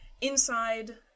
inside